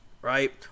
right